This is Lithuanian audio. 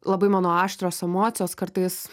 labai mano aštrios emocijos kartais